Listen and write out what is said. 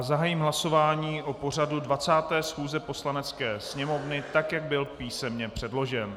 Zahájím hlasování o pořadu 20. schůze Poslanecké sněmovny, tak jak byl písemně předložen.